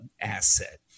asset